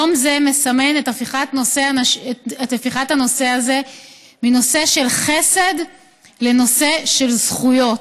יום זה מסמן את הפיכת הנושא הזה מנושא של חסד לנושא של זכויות,